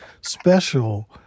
special